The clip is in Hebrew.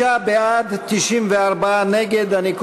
עברה.